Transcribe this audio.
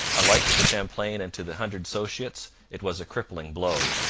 alike to champlain and to the hundred associates it was a crippling blow.